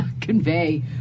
convey